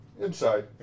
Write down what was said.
Inside